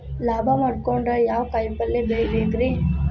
ಲಾಭ ಮಾಡಕೊಂಡ್ರ ಯಾವ ಕಾಯಿಪಲ್ಯ ಬೆಳಿಬೇಕ್ರೇ?